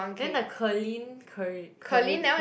then the Ker-Lin